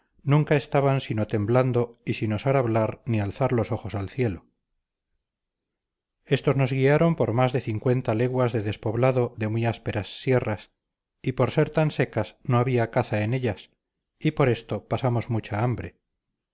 nunca estaban sino temblando y sin osar hablar ni alzar los ojos al cielo estos nos guiaron por más de cincuenta leguas de despoblado de muy ásperas sierras y por ser tan secas no había caza en ellas y por esto pasamos mucha hambre